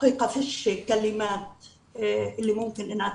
למען האמת שאין מילים היכולות להביע את